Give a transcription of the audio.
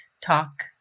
talk